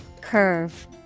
Curve